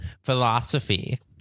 Philosophy